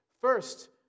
First